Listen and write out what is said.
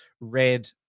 red